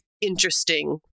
interesting